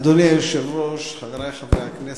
אדוני היושב-ראש, חברי חברי הכנסת,